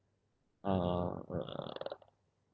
uh